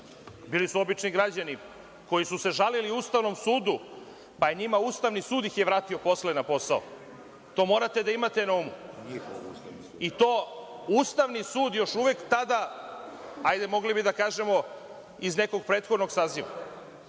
bili su obični građani koji su se žalili Ustavnom sudu, pa ih je Ustavni sud vratio posle na posao. To morate da imate na umu, i to Ustavni sud još uvek tada, hajde mogli bi da kažemo, iz nekog prethodnog saziva.